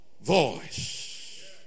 voice